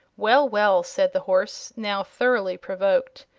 well, well! said the horse, now thoroughly provoked.